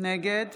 נגד